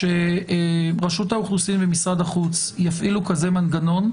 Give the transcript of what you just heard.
שרשות האוכלוסין ומשרד החוץ יפעילו כזה מנגנון,